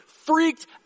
freaked